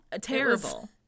Terrible